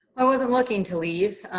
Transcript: i wasn't looking to leave.